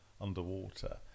underwater